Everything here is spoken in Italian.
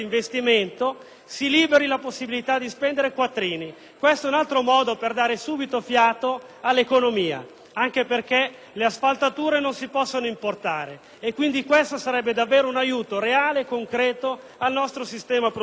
si liberi la possibilità di spendere quattrini. Questo è un altro modo per dare subito fiato all'economia, anche perché le asfaltature non si possono importare e ciò costituirebbe davvero un aiuto reale e concreto al nostro sistema produttivo.